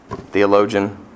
theologian